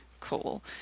Cool